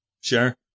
Sure